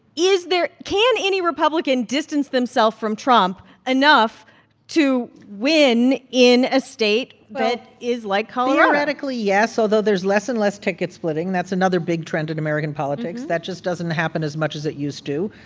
is there can any republican distance themself from trump enough to win in a state but is like colorado? theoretically, yes, although there's less and less ticket splitting. that's another big trend in american politics. that just doesn't happen as much as it used to.